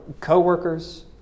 co-workers